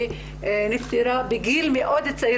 שנפטרה בגיל מאוד צעיר.